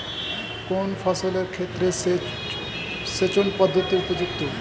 কোন ফসলের ক্ষেত্রে সেচন পদ্ধতি উপযুক্ত?